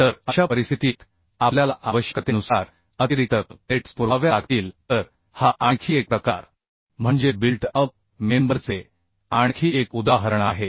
तर अशा परिस्थितीत आपल्याला आवश्यकतेनुसार अतिरिक्त प्लेट्स पुरवाव्या लागतील तर हा आणखी एक प्रकार म्हणजे बिल्ट अप मेंबरचे आणखी एक उदाहरण आहे